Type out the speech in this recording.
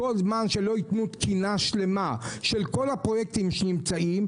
כל זמן שלא ייתנו תקינה שלמה של כל הפרויקטים שנמצאים,